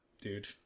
Dude